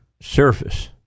surface